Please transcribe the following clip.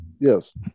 yes